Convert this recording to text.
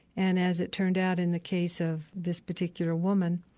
and as it turned out in the case of this particular woman,